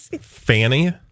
Fanny